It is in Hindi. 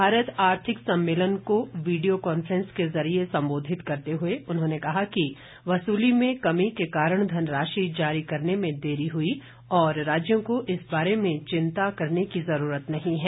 भारत आर्थिक सम्मेलन को वीडियो कॉन्फ्रेंस के जरिए संबोधित करते हुए उन्होंने कहा कि वसूली में कमी के कारण धनराशि जारी करने में देरी हुई और राज्यों को इस बारे में चिंता करने की जरूरत नहीं है